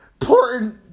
important